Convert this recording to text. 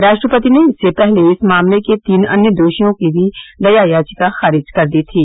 राष्ट्रपति ने इससे पहले इस मामले के तीन अन्य दोषियों की भी दया याचिका खारिज कर दी थी